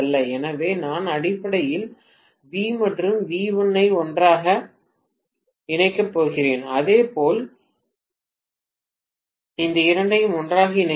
எனவே நான் அடிப்படையில் வி மற்றும் வி 1 ஐ ஒன்றாக இணைக்கப் போகிறேன் அதேபோல் இந்த இரண்டையும் ஒன்றாக இணைக்கிறேன்